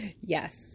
Yes